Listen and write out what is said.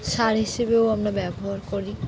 সার হিসেবেও আমরা ব্যবহার করি